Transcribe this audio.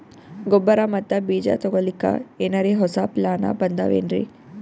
ಗೊಬ್ಬರ ಮತ್ತ ಬೀಜ ತೊಗೊಲಿಕ್ಕ ಎನರೆ ಹೊಸಾ ಪ್ಲಾನ ಬಂದಾವೆನ್ರಿ?